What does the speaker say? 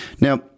Now